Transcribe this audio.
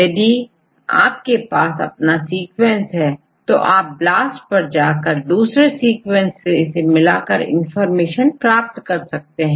यदि आपके पास अपना सीक्वेंस है तो आपBLAST पर जाकर दूसरे सीक्वेंस से इसे मिलाकर इंफॉर्मेशन प्राप्त कर सकते हैं